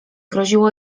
groziło